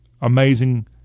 amazing